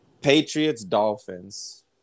Patriots-Dolphins